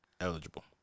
eligible